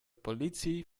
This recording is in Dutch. politie